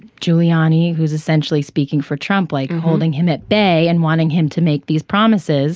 giuliani who's essentially speaking for trump like holding him at bay and wanting him to make these promises